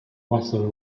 russell